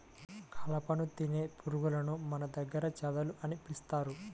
కలపను తినే పురుగులను మన దగ్గర చెదలు అని పిలుస్తారు